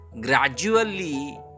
gradually